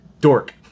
dork